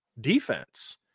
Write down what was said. defense